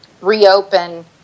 reopen